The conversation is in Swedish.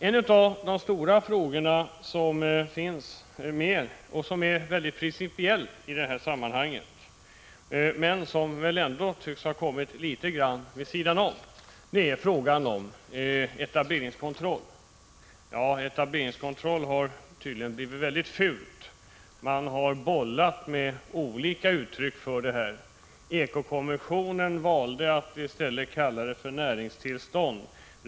En av de stora frågor som finns med i förslaget och som är principiell i detta sammanhang men ändå tycks ha kommit litet grand vid sidan om är frågan om etableringskontroll. Ordet etableringskontroll har tydligen blivit mycket fult. Man har bollat med olika uttryck för detta begrepp. Ekokommissionen valde att i stället kalla det för näringstillstånd.